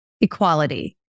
equality